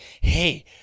hey